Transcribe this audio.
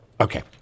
Okay